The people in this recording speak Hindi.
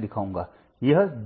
लिखते हैं